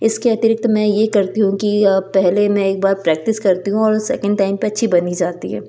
इसके अतिरिक्त मैं ये करती हूँ कि पहले मैं एक बार प्रैक्टिस करती हूँ और सेकेंड टाइम पे अच्छी बन ही जाती है